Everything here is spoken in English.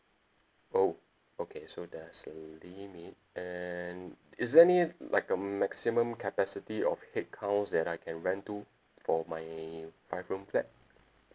oh okay so there's a limit and is there any like a maximum capacity of headcount that I can rent to for my five room flat